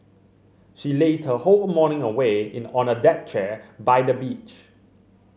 she lazed her whole morning away in on a deck chair by the beach